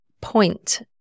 point